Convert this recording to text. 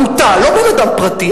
לא בן-אדם פרטי,